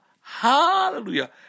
Hallelujah